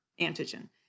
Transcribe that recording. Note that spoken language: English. antigen